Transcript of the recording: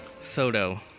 Soto